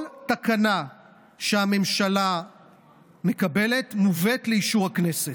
כל תקנה שהממשלה מקבלת מובאת לאישור הכנסת.